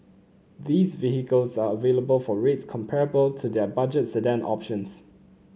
these vehicles are available for rates comparable to their budget sedan options